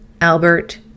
Albert